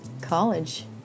college